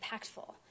impactful